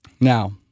Now—